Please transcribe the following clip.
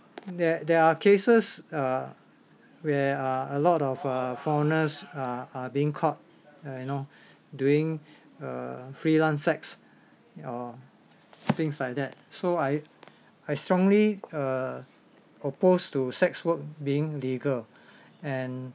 there there are cases uh where uh a lot of uh foreigners are are being caught uh you know doing uh freelance sex or things like that so I I strongly uh opposed to sex work being legal and